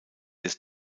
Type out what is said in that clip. des